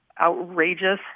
outrageous